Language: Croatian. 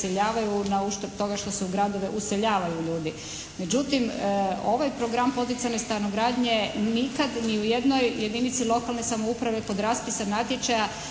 na uštrb toga što se u gradove useljavaju ljudi. Međutim ovaj program poticajne stanogradnje nikad ni u jednoj jedinici lokalne samouprave kod raspisa natječaja